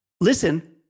Listen